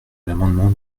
l’amendement